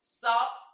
salt